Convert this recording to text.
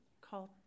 called